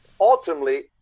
Ultimately